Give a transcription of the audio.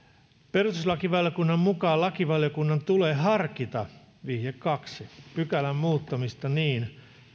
perustuslakivaliokunnan mukaan lakivaliokunnan tulee harkita vihje kaksi pykälän muuttamista niin